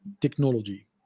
technology